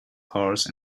horse